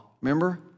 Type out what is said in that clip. Remember